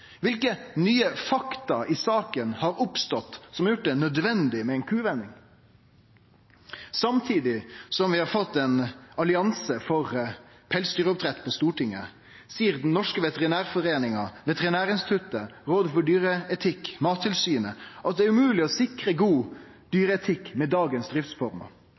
Kva nye faktum i saka har kome fram som har gjort det nødvendig med ei kuvending? Samtidig som vi har fått ein allianse for pelsdyroppdrett på Stortinget, seier Den norske veterinærforening, Veterinærinstituttet, Rådet for dyreetikk og Mattilsynet at det er umogleg å sikre god dyreetikk med dagens driftsformer.